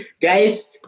Guys